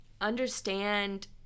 understand